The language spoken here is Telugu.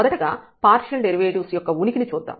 మొదటగా పార్షియల్ డెరివేటివ్స్ యొక్క ఉనికిని చూద్దాం